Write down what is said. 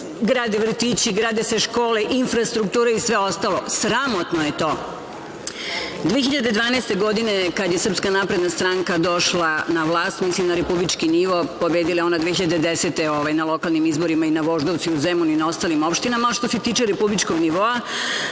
grade vrtići, grade se škole, infrastrukture i sve ostalo, sramotno je to. Godine 2012, kada je SNS došla na vlast, mislim na republički nivo, pobedila je ona 2010. godine na lokalnim izborima i na Voždovcu i u Zemunu i na ostalim opštinama, a što se tiče republičkog nivoa